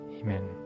Amen